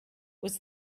was